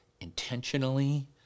intentionally